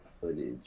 footage